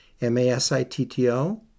M-A-S-I-T-T-O